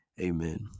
amen